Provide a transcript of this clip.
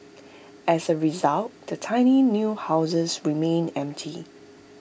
as A result the tiny new houses remained empty